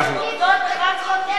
יותר טוב.